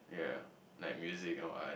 ya like music or art